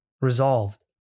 resolved